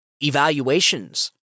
evaluations